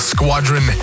Squadron